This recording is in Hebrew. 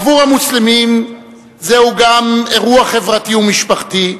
עבור המוסלמים זהו גם אירוע חברתי ומשפחתי,